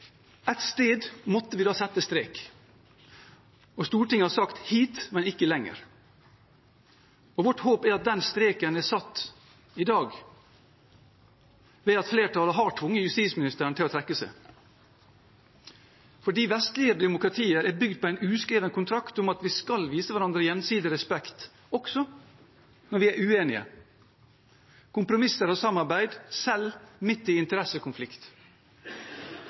et ekskluderende menneskesyn. Og det står mellom anstendighet og uanstendighet i den offentlige samtalen, der statsråder er avgjørende premissleverandører med helt spesielle roller. Ett sted måtte vi da sette strek. Stortinget har sagt hit, men ikke lenger. Vårt håp er at den streken er satt i dag ved at flertallet har tvunget justisministeren til å trekke seg. For vestlige demokratier er bygd på en uskreven kontrakt om at vi skal vise hverandre gjensidig respekt også når